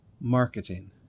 marketing